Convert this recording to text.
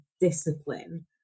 discipline